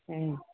ꯎꯝ